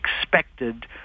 expected